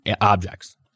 objects